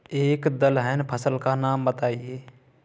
एक दलहन फसल का नाम बताइये